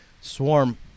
Swarm